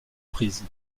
reprises